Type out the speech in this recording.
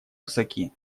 высоки